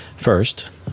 First